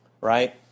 right